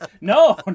No